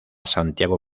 santiago